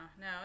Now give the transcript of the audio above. no